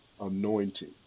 anointing